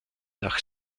nach